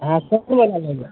अहाँ सक्खूवला लऽ लिअऽ